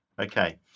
Okay